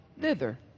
thither